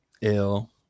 ill